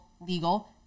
legal